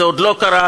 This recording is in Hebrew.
זה עוד לא קרה,